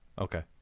Okay